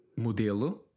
Modelo